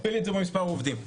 תכפילי את זה במספר העובדים.